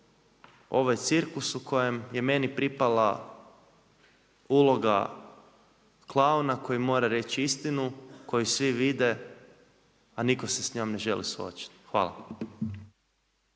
ovo je cirkus u kojem je meni pripala uloga klauna koji mora reći istinu koju svi vide a nitko se s njom ne želi suočiti. Hvala.